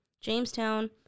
Jamestown